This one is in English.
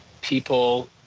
people